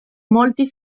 molti